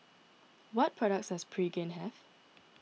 what products does Pregain have